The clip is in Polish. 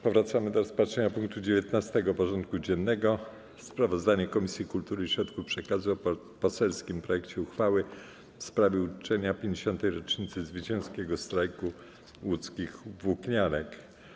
Powracamy do rozpatrzenia punktu 19. porządku dziennego: Sprawozdanie Komisji Kultury i Środków Przekazu o poselskim projekcie uchwały w sprawie uczczenia 50. rocznicy zwycięskiego strajku łódzkich włókniarek.